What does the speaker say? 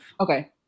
Okay